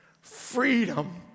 freedom